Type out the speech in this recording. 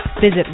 visit